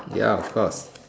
ya of course